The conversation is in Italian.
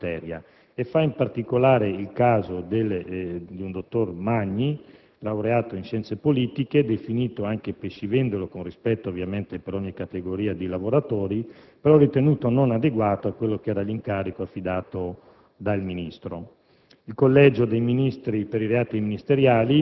avrebbe avuto una specifica professionalità in materia e fa in particolare il caso di un dottor Magni, laureato in scienze politiche, definito anche pescivendolo - con rispetto ovviamente per ogni categoria di lavoratori - però ritenuto non adeguato a quello che era l'incarico affidato dal Ministro.